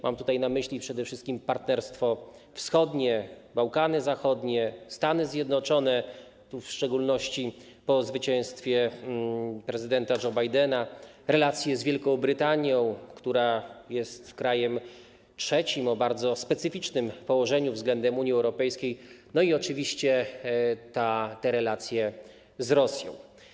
Mam na myśli przede wszystkim Partnerstwo Wschodnie, Bałkany Zachodnie, Stany Zjednoczone, w szczególności po zwycięstwie prezydenta Joe Bidena, relacje z Wielką Brytanią, która jest krajem trzecim o bardzo specyficznym położeniu względem Unii Europejskiej, i oczywiście relacje z Rosją.